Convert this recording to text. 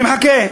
אני מחכה.